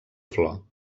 flor